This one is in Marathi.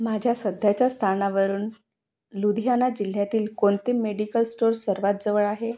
माझ्या सध्याच्या स्थानावरून लुधियाना जिल्ह्यातील कोणते मेडिकल स्टोर सर्वात जवळ आहे